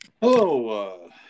Hello